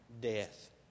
death